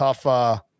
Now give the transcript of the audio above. Tough –